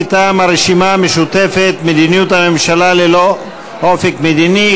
מטעם הרשימה המשותפת: מדיניות הממשלה ללא אופק מדיני,